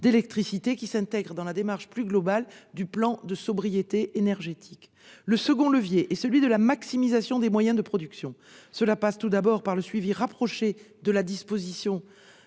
d'électricité, qui s'intègre dans la démarche plus globale du plan de sobriété énergétique. Le second levier est celui de la maximisation des moyens de production. Cela passe d'abord par le suivi rapproché de la disponibilité